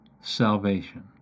salvation